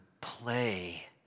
play